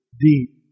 Deep